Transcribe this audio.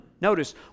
Notice